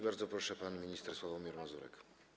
Bardzo proszę, pan minister Sławomir Mazurek.